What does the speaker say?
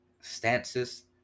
stances